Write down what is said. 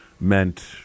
meant